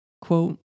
Quote